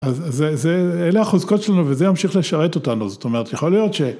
‫אז אלה החוזקות שלנו, ‫וזה ימשיך לשרת אותנו. ‫זאת אומרת, יכול להיות ש...